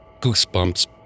Goosebumps